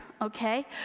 okay